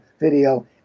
video